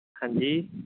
ਹਾਂਜੀ